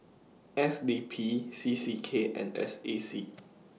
S D P C C K and S A C